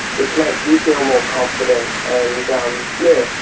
which makes you feel more confident, and um yeah